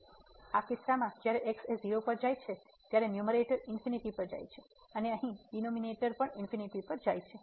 તેથી આ કિસ્સામાં જ્યારે x 0 પર જાય છે ન્યૂમેરેટર ઇંફીનીટી પર જાય છે અને અહીં ડિનોમિનેટર પણ ઇંફીનીટી પર જાય છે